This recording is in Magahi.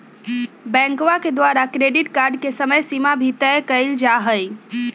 बैंकवा के द्वारा क्रेडिट कार्ड के समयसीमा भी तय कइल जाहई